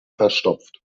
verstopft